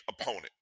opponent